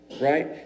right